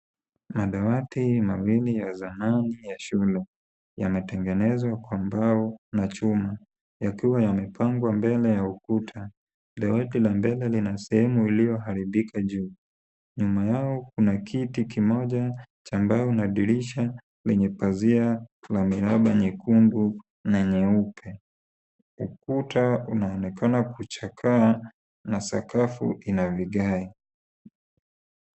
Madawati mawili ya zamani ya shule ,yametengezwa kwa mbao na chuma, yakiwa yamepangwa mbele ya ukuta. Dawati la mbele lina sehemu iliyoharibika juu .Nyuma yao kuna kiti kimoja cha mbao ,na dirisha lenye pazia la miraba nyekundu na nyeupe .Ukuta unaonekana kuchakaa na sakafu ina vigae .